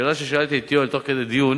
בשאלה ששאלתי את יואל תוך כדי דיון,